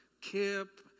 Kip